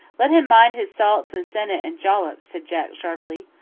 let him mind his salts-and-senna and jollop, said jack sharply.